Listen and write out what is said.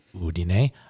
Udine